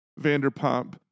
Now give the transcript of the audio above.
Vanderpump